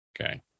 Okay